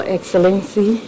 Excellency